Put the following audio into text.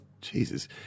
Jesus